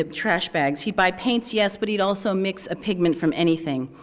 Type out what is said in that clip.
ah trash bags. he'd buy paints yes, but he'd also mix a pigment from anything.